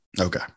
Okay